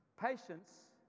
Patience